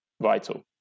vital